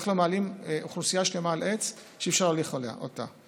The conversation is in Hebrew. ואיך לא מעלים אוכלוסייה שלמה על עץ שאי-אפשר להוריד אותה ממנו.